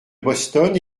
boston